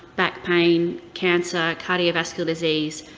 back pain, cancer, cardiovascular disease,